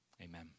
Amen